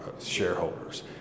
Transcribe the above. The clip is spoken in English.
shareholders